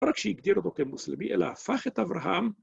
רק שהגדיר דוקא מוסלמי אלא הפך את אברהם.